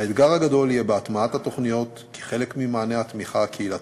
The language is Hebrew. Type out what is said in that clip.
האתגר הגדול יהיה בהטמעת התוכניות כחלק ממענה התמיכה הקהילתית,